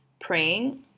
Praying